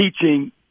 teaching